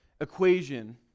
equation